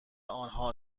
آنها